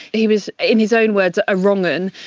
he was, in his own words, a wrong-'un.